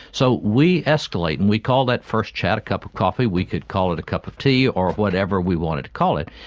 so we escalate, and we call that first chat a cup of coffee, we could call it a cup of tea or whatever we wanted to call it,